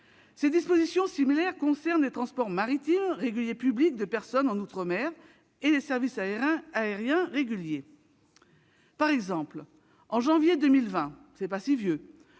Des dispositions similaires concernent les transports maritimes réguliers publics de personnes outre-mer et les services aériens réguliers. Par exemple, en janvier 2020- ce n'est pas si ancien